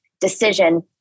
decision